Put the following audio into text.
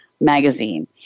Magazine